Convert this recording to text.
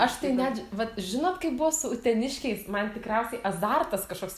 aš tai net vat žinot kaip buvo su uteniškiais man tikriausiai azartas kažkoks